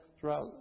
throughout